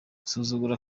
gusuzugura